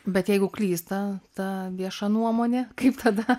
bet jeigu klysta ta vieša nuomonė kaip tada